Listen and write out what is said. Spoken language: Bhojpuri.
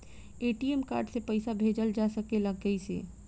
ए.टी.एम कार्ड से पइसा भेजल जा सकेला कइसे?